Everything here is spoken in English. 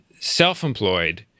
self-employed